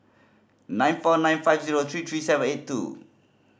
nine four nine five zero three three seven eight two